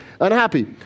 unhappy